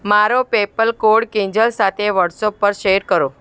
મારો PayPal code Kinjal સાથે WhatsApp પર શેર કરો